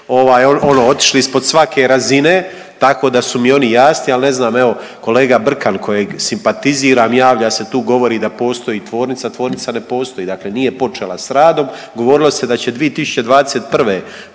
otišli ispod svake razine tako da su mi oni jasni, ali ne znam evo kolega Brkan kojeg simpatiziram javlja se tu govori da postoji tvornica. Tvornica ne postoji, dakle nije počela s radom govorilo se da će 2021.